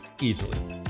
easily